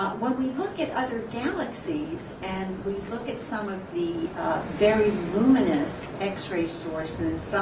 when we look at other galaxies, and we look at some of the very luminous x-ray sources,